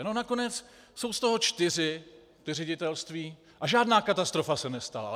Nakonec jsou z toho čtyři ředitelství a žádná katastrofa se nestala.